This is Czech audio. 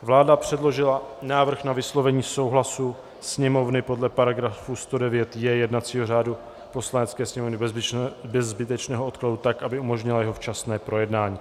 Vláda předložila návrh na vyslovení souhlasu Sněmovny podle § 109 jednacího řádu Poslanecké sněmovny bez zbytečného odkladu, tak aby umožnila jeho včasné projednání.